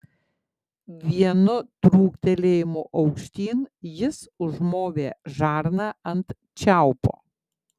vienu trūktelėjimu aukštyn jis užmovė žarną ant čiaupo